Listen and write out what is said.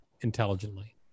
intelligently